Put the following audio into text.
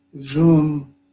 Zoom